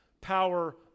power